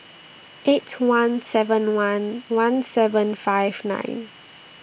eight one seven one one seven five nine